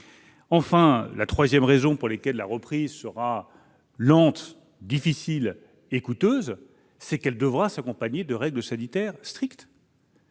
Enfin, troisième raison, la reprise sera lente, difficile et coûteuse parce qu'elle devra s'accompagner de règles sanitaires strictes.